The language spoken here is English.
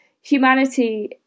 humanity